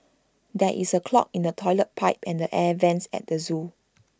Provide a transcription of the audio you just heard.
there is A clog in the Toilet Pipe and the air Vents at the Zoo